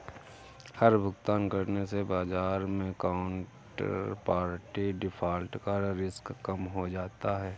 हर भुगतान करने से बाजार मै काउन्टरपार्टी डिफ़ॉल्ट का रिस्क कम हो जाता है